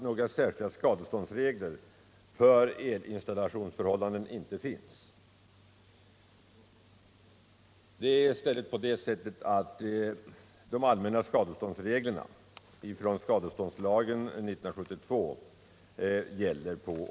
Några särskilda skadeståndsregler för elinstallationsförhållanden finns alltså inte. I stället gäller de allmänna skadeståndsreglerna i skadeståndslagen 1972.